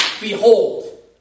behold